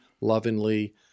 lovingly